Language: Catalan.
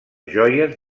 joies